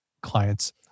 clients